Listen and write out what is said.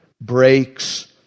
breaks